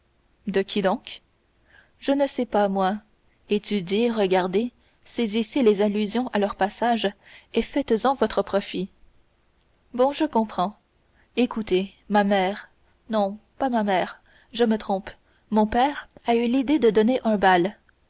de qui donc je ne sais pas moi étudiez regardez saisissez les allusions à leur passage et faites-en votre profit bon je comprends écoutez ma mère non pas ma mère je me trompe mon père a eu l'idée de donner un bal